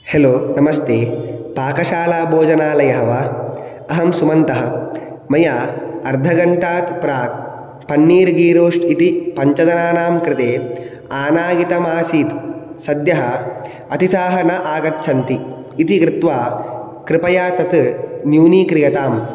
hello नमस्ते पाकशाला भोजनालयः वा अहं सुमन्तः मया अर्धघण्टात् प्राक् पन्नीर् घीरोस्ट् इति पञ्चजनानां कृते आनायितमासीत् सद्यः अतिथाः न आगच्छन्ति इति कृत्वा कृपया तत् न्यूनीक्रियताम्